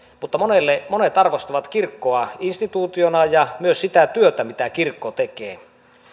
mutta monet arvostavat kirkkoa instituutiona ja myös sitä työtä mitä kirkko tekee